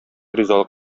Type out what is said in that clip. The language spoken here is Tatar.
ризалык